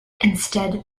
instead